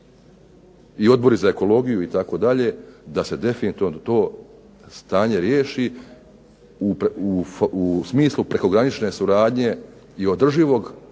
i odbori za ekologiju itd., da se definitivno to stanje riješi u smislu prekogranične suradnje i održivog